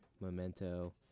Memento